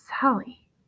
Sally